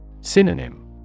Synonym